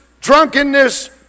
drunkenness